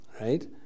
right